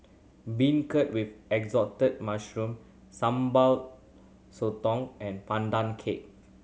beancurd with Assorted Mushrooms Sambal Sotong and Pandan Cake